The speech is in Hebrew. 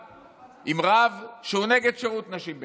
עם רב שהוא נגד שירות נשים בצה"ל.